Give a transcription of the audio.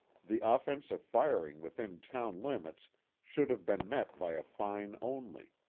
the offense of firing within town-limits should have been met by a fine only,